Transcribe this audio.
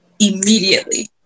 Immediately